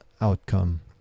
outcome